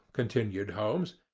continued holmes,